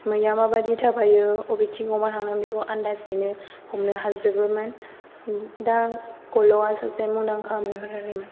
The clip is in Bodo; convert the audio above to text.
मैआ माबादि थाबायो अबेथिं अमा थांदों बेखौ आनदाजैनो हमनो हाजोबोमोन दा गल'आ सासे मुंदांखा मैहुरारिमोन